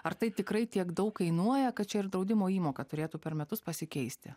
ar tai tikrai tiek daug kainuoja kad čia ir draudimo įmoka turėtų per metus pasikeisti